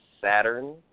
Saturn